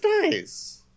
nice